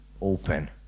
open